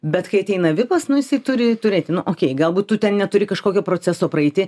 bet kai ateina vipas nu jisai turi turėti nu okei galbūt tu ten neturi kažkokio proceso praeiti